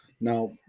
Now